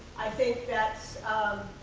i think that's